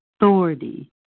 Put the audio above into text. authority